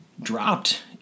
dropped